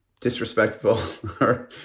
disrespectful